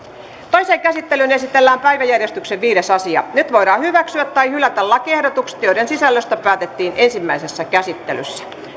toiseen käsittelyyn esitellään päiväjärjestyksen viides asia nyt voidaan hyväksyä tai hylätä lakiehdotukset joiden sisällöstä päätettiin ensimmäisessä käsittelyssä